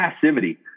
passivity